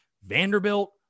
Vanderbilt